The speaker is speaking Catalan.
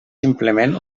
simplement